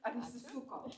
ar išsisukom